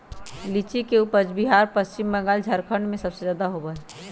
लीची के उपज बिहार पश्चिम बंगाल झारखंड में सबसे ज्यादा होबा हई